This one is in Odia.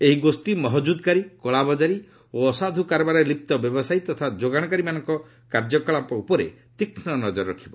ଏହି ଗୋଷ୍ଠୀ ମହକୁଦକାରୀ କଳାବଜାରୀ ଓ ଅସାଧୁ କାରବାରରେ ଲିପ୍ତ ବ୍ୟବସାୟୀ ତଥା ଯୋଗାଶକାରୀଙ୍କ କାର୍ଯ୍ୟକଳାପ ଉପରେ ତୀକ୍ଷ୍ଣ ନଜର ରଖିବ